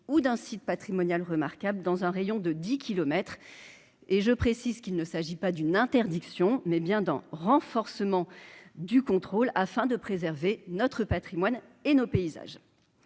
ou d'un site patrimonial remarquable dans un rayon de 10 kilomètres et je précise qu'il ne s'agit pas d'une interdiction, mais bien dans : renforcement du contrôle afin de préserver notre Patrimoine et nos paysages